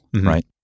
right